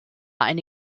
eine